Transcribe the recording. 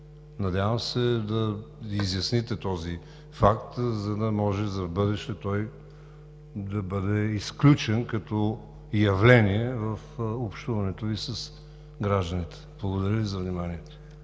Надявам се да изясните този факт, за да може за в бъдеще той да бъде изключен като явление в общуването Ви с гражданите. Благодаря Ви за вниманието.